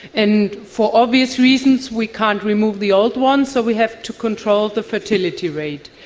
and for obvious reasons we can't remove the old ones so we have to control the fertility rate.